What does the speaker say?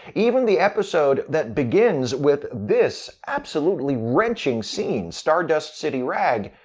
even the episode that begins with this absolutely wrenching scene, stardust city rag,